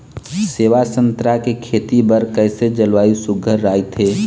सेवा संतरा के खेती बर कइसे जलवायु सुघ्घर राईथे?